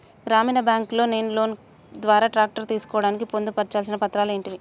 గ్రామీణ బ్యాంక్ లో నేను లోన్ ద్వారా ట్రాక్టర్ తీసుకోవడానికి పొందు పర్చాల్సిన పత్రాలు ఏంటివి?